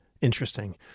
Interesting